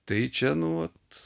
tai čia nu vat